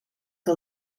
que